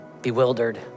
bewildered